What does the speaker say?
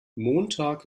montag